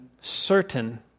certain